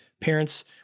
parents